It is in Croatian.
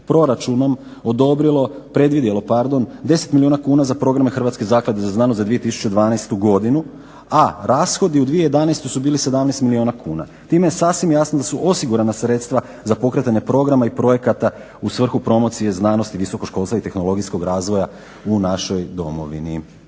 proračunom odobrilo, predvidjelo pardon 10 milijuna kuna za programe Hrvatske zaklade za znanost za 2012. godinu, a rashodi u 2011. su bili 17 milijuna kuna. Time je sasvim jasno da su osigurana sredstva za pokretanje programa i projekata u svrhu promocije znanosti, visokog školstva i tehnologijskog razvoja u našoj domovini.